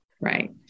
Right